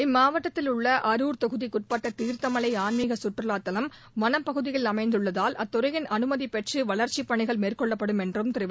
இம்மாவட்டத்தில் உள்ள அருர் தொகுதிக்குட்பட்ட தீர்த்தமலை ஆன்மீக கற்றுவாத்தலம் வளப்பகுதியில் அமைந்துள்ளதால் அத்துறையின் அனுமதி பெற்று வளா்ச்சிப் பணிகள் மேற்கொள்ளப்படும் திரு வெல்லமண்டி நடராஜன் தெரிவித்தார்